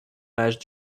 pages